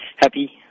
happy